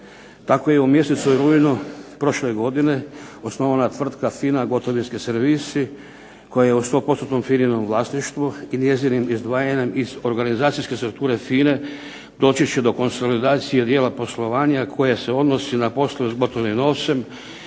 Tako je u mjesecu rujnu prošle godine osnovana tvrtka FINA gotovinski servisi koja je u 100%-nom FINA-inom vlasništvu i njezinim izdvajanjem iz organizacijske strukture FINA-e doći će do konsolidacije dijela poslovanja koje se odnosi na poslove s gotovim novcem,